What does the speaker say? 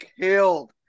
killed